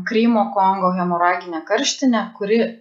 krymo kongo hemoraginė karštinė kuri